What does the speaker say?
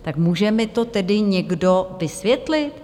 Tak může mi to tedy někdo vysvětlit?